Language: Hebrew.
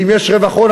ואם יש רווח הון,